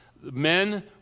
men